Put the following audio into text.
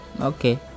okay